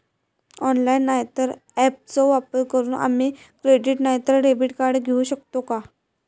Online नाय तर ऍपचो वापर करून आम्ही क्रेडिट नाय तर डेबिट कार्ड घेऊ शकतो का?